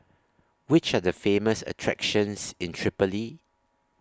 Which Are The Famous attractions in Tripoli